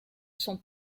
son